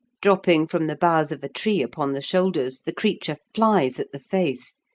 dropping from the boughs of a tree upon the shoulders, the creature flies at the face,